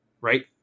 right